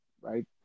Right